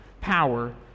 power